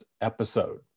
episode